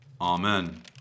Amen